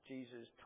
Jesus